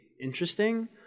interesting